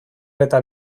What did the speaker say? eta